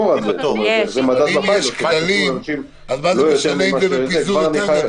אם יש כללים, למה זה לא בפיזור יותר גדול?